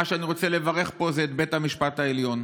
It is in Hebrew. מי שאני רוצה לברך פה זה את בית המשפט העליון.